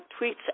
tweets